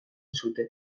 zuten